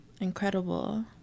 Incredible